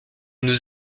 nous